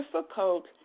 difficult